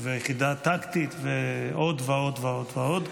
והיחידה הטקטית, ועוד ועוד ועוד ועוד.